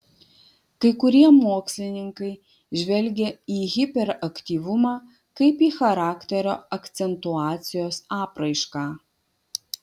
kai kurie mokslininkai žvelgia į hiperaktyvumą kaip į charakterio akcentuacijos apraišką